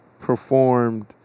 performed